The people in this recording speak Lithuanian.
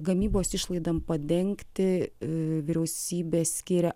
gamybos išlaidom padengti vyriausybė skiria